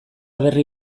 berri